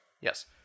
Yes